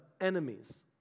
enemies